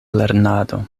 lernado